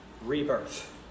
Rebirth